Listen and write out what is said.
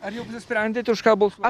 ar jau nusprendėt už ką balsuosit